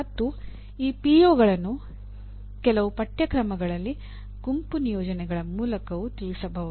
ಮತ್ತು ಈ ಪಿಒಗಳನ್ನು ಕೆಲವು ಪಠ್ಯಕ್ರಮಗಳಲ್ಲಿ ಗುಂಪು ನಿಯೋಜನೆಗಳ ಮೂಲಕವೂ ತಿಳಿಸಬಹುದು